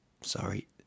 sorry